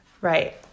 Right